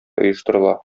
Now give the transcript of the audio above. оештырыла